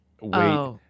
Wait